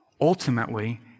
ultimately